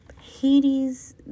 Hades